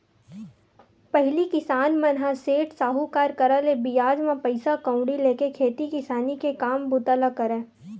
पहिली किसान मन ह सेठ, साहूकार करा ले बियाज म पइसा कउड़ी लेके खेती किसानी के काम बूता ल करय